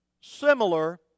similar